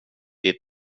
ditt